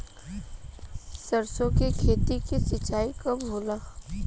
सरसों की खेती के सिंचाई कब होला?